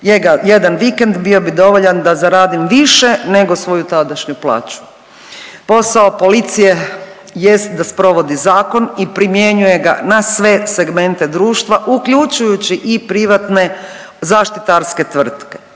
jedan vikend bio bi dovoljan da zaradim više nego svoju tadašnju plaću. Posao policije jest da sprovodi zakon i primjenjuje ga na sve segmente društva uključujući i privatne zaštitarske tvrtke.